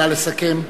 נא לסכם.